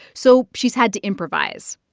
so she's had to improvise.